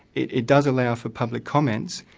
it it does allow for public comments,